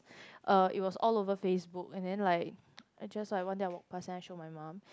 uh it was all over FaceBook and then like I just like one day I walk past and then I show my mum